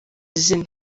izina